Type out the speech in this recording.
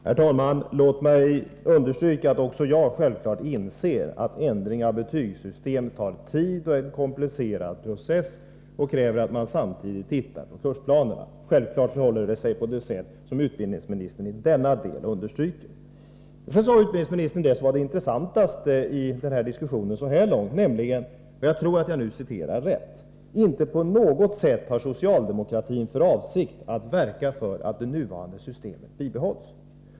Herr talman! Jag vill understryka att även jag självfallet inser att en ändring av betygssystemet tar tid, att det arbetet är en komplicerad process och att man samtidigt måste titta på kursplanerna. Självfallet förhåller det sig i detta avseende på det sätt som utbildningsministern säger. Vidare sade utbildningsministern — jag hoppas att jag citerar henne rätt — och det är det intressantaste hittills i diskussionen: Inte på något sätt har socialdemokratin för avsikt att verka för att det nuvarande systemet bibehålls.